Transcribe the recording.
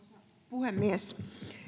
puhemies